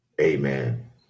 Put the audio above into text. Amen